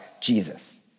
Jesus